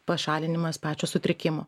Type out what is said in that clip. pašalinimas pačio sutrikimo